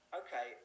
okay